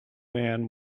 man